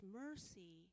mercy